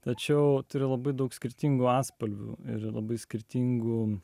tačiau turi labai daug skirtingų atspalvių ir labai skirtingu